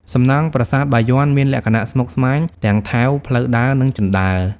សំណង់ប្រាសាទបាយ័នមានលក្ខណៈស្មុគស្មាញ ទាំងថែវ ផ្លូវដើរ និងជណ្តើរ។